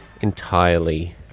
entirely